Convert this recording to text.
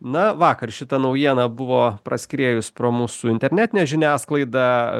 na vakar šita naujiena buvo praskriejus pro mūsų internetinę žiniasklaidą